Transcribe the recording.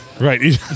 Right